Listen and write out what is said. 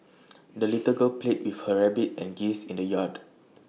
the little girl played with her rabbit and geese in the yard